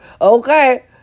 Okay